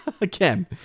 again